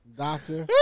doctor